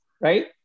right